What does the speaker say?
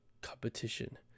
competition